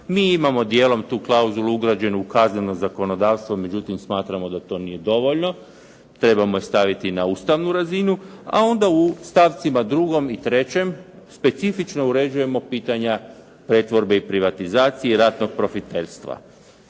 Mi imamo dijelom tu klauzulu ugrađeno u kazneno zakonodavstvo, međutim smatramo da to nije dovoljno. Trebamo je staviti na ustavnu razinu. A onda u stavcima 2. i 3. specifično uređujemo pitanja pretvorbe i privatizacije i ratnog profiterstva.